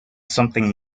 something